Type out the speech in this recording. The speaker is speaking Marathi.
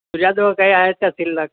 तुझ्याजवळ काही आहे शिल्लक